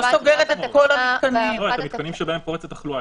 אנחנו יכולים לעצור.